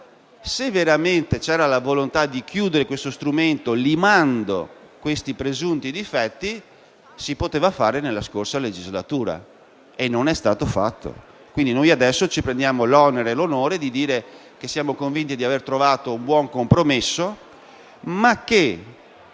Se veramente c'era la volontà di chiudere questo strumento limandone i presunti difetti, si poteva fare, ma non è stato fatto. Quindi noi adesso ci prendiamo l'onere e l'onore di dire che siamo convinti di aver trovato un buon compromesso...